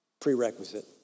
prerequisite